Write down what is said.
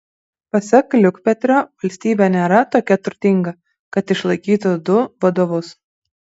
pasak liukpetrio valstybė nėra tokia turtinga kad išlaikytų du vadovus